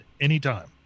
anytime